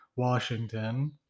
Washington